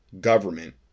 government